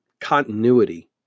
continuity